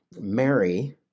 Mary